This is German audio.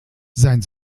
sein